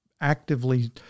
actively